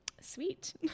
sweet